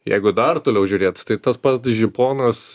jeigu dar toliau žiūrėt tai tas žiponas